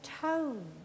tone